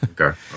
Okay